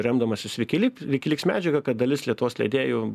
remdamasis vikilip vikiliks medžiaga kad dalis lietuvos leidėjų